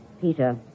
Peter